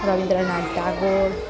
Rabindranath Tagore